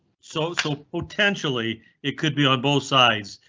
so so potentially it could be on both sides.